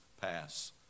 pass